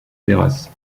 terrasse